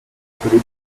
appelé